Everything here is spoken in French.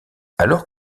alors